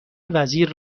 وزیر